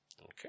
Okay